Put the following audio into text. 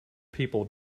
people